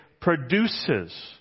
produces